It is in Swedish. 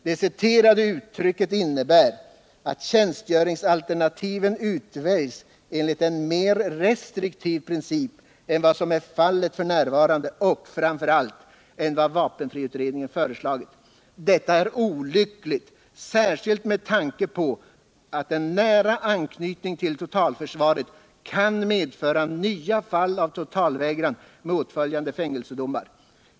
Det citerade uttrycket innebär, att tjänstgöringsalternativen utväljs enligt en mer restriktiv princip än vad som är fallet f. n. och, framför allt, än vad vapenfriutredningen föreslagit. Detta är olyckligt, särskilt med tanke på att en nära anknytning till totalförsvaret kan medföra nya fall av totalvägran med åtföljande fängelsedomar.